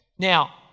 Now